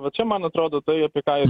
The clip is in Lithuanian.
va čia man atrodo tai apie ką ir